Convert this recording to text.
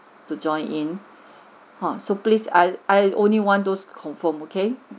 to join in ha so please I I only want those confirmed okay